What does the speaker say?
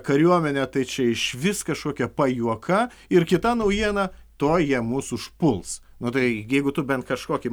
kariuomenė tai čia išvis kažkokia pajuoka ir kita naujiena tuoj jie mus užpuls nu tai jeigu tu bent kažkokį